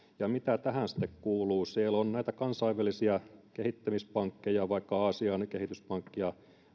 ja mitä tähän sitten kuuluu siellä on näitä kansainvälisiä kehittämispankkeja vaikka aasian kehityspankki ja